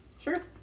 sure